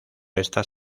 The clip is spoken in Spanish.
estas